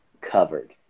covered